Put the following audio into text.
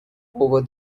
over